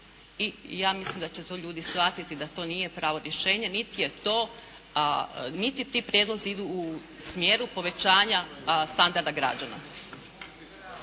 i ja mislim da će to ljudi shvatiti da to nije pravo rješenje niti je to, niti ti prijedlozi idu u smjeru povećanja standarda građana.